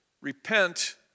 Repent